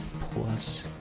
plus